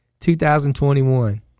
2021